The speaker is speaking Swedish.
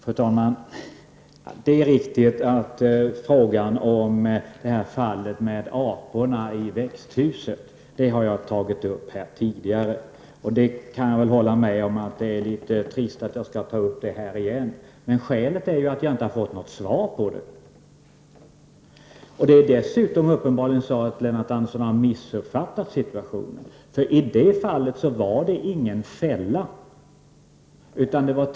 Fru talman! Det är riktigt att jag har tagit upp fallet med aporna i växthuset tidigare. Jag kan hålla med om att det kan vara trist att jag måste ta upp det igen, men skälet är att jag inte fått något svar. Det är dessutom uppenbarligen så att Lennart Andersson har missuppfattat situationen. I det här fallet var det inte någon fälla.